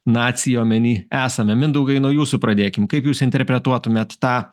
naciją omeny esame mindaugai nuo jūsų pradėkim kaip jūs interpretuotumėt tą